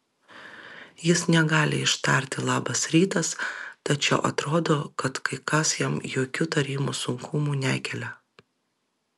jis negali ištarti labas rytas tačiau atrodo kad kai kas jam jokių tarimo sunkumų nekelia